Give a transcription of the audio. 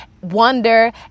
wonder